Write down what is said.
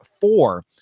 four